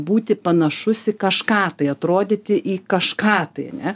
būti panašus į kažką tai atrodyti į kažką tai ane